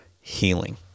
healing